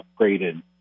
upgraded